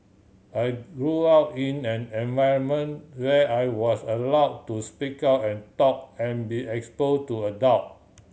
I grew up in an environment where I was allow to speak out and talk and be expose to adult